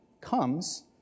comes